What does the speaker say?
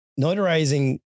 notarizing